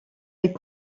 est